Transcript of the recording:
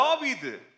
David